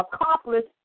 accomplished